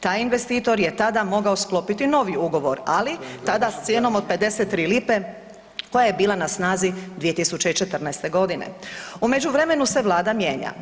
Taj investitor je tada mogao sklopiti novi ugovor, ali tada s cijenom od 53 lipe koja je bila na snazi 2014.g. U međuvremenu se vlada mijenja.